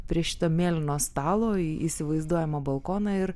prie šito mėlyno stalo į įsivaizduojamą balkoną ir